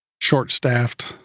Short-staffed